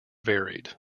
varied